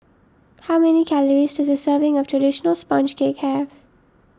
how many calories does a serving of Traditional Sponge Cake have